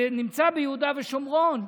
זה נמצא ביהודה ושומרון.